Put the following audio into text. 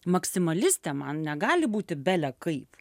maksimalistė man negali būti bele kaip